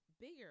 bigger